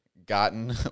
gotten